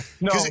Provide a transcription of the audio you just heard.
no